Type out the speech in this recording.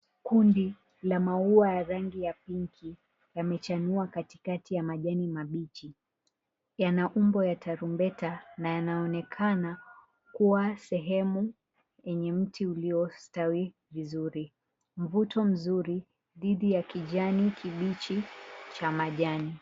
Kundi la maua la rangi ya pinki yamechanua katikati ya majani mabichi. Yana umbo ya tarumbeta na yanaonekana kuwa sehemu yenye mti uliostawi vizuri, mvuto mzuri dhidi ya kijani kibichi cha majani.